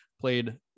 played